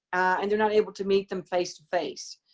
and they're not able to meet them face-to-face.